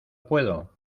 puedo